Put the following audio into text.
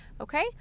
Okay